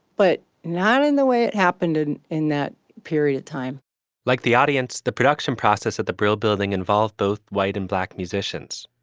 but not in the way it happened in in that period of time like the audience. the production process at the brill building involved both white and black musicians,